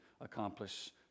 accomplish